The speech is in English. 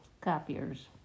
copiers